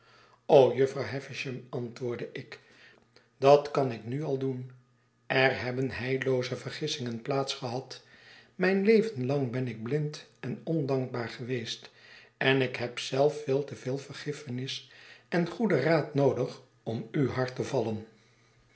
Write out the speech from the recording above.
jufvrouw havisham antwoordde ik dat kan ik nu al doen er hebben heillooze vergissingen plaats gehad mijn leven lang ben ik blind en ondankbaar geweest en ik heb zelf veel te veel vergiffenis en goeden raad noodig om u hard te vallen